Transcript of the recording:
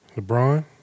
LeBron